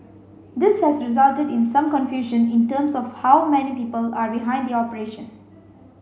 this has resulted in some confusion in terms of how many people are behind the operation